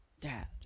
Dad